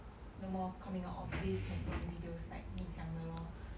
no more coming out of these mukbang videos like 你讲的 lor